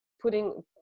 putting